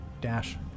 dash